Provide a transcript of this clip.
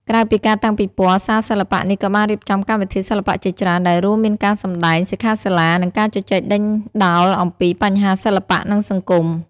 ក្រៅពីការតាំងពិពណ៌ សាលសិល្បៈនេះក៏បានរៀបចំកម្មវិធីសិល្បៈជាច្រើន ដែលរួមមានការសម្តែង សិក្ខាសាលា និងការជជែកដេញដោលអំពីបញ្ហាសិល្បៈ និងសង្គម។